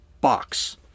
box